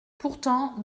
pourtant